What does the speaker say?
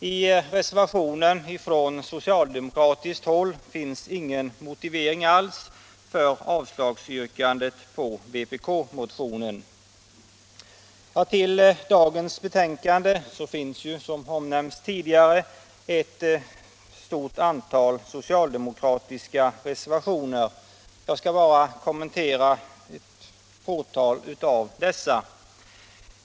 I reservationen från socialdemokratiskt håll finns ingen motivering alls för yrkandet om avslag på vpk-motionen. Till dagens betänkande finns, som omnämnts tidigare, ett antal socialdemokratiska reservationer. Jag skall bara kommentera ett fåtal av dessa.